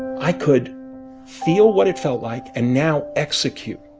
i could feel what it felt like and now execute